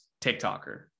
TikToker